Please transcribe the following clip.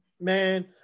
man